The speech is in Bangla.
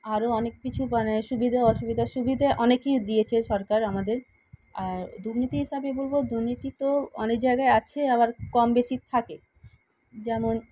আরো অনেক কিছু মানে সুবিধা অসুবিধা সুবিধে অনেকই দিয়েছে সরকার আমাদের আর দুর্নীতি হিসাবে বলব দুর্নীতি তো অনেক জায়গায় আছে আবার কম বেশি থাকে যেমন